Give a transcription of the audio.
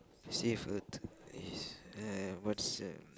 safe uh is uh what's um